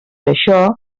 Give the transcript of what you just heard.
això